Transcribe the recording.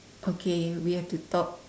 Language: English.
okay we have to talk